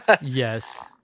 yes